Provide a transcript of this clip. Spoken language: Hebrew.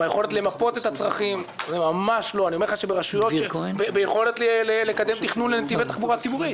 היכולת למפות את הצרכים והיכולת לקדם תכנון לנתיבי תחבורה ציבורית.